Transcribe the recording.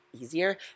easier